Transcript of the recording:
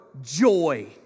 joy